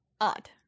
Odd